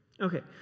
Okay